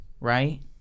right